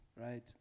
right